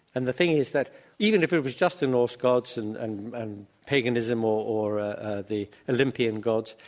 and the thing is that even if it was just the norse gods and and and paganism or or ah the olympian gods,